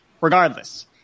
Regardless